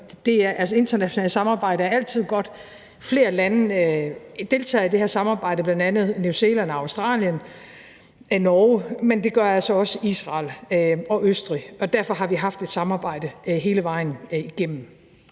erfaringer. Internationalt samarbejde er altid godt. Flere lande deltager i det her samarbejde, bl.a. New Zealand og Australien og Norge, men det gør altså også Israel og Østrig. Derfor har vi haft et samarbejde hele vejen igennem.